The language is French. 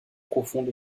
profonde